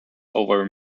over